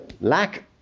lack